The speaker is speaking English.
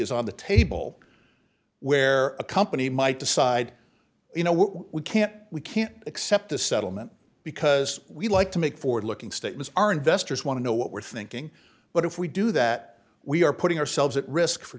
is on the table where a company might decide you know what we can't we can't accept the settlement because we'd like to make forward looking statements our investors want to know what we're thinking but if we do that we are putting ourselves at risk for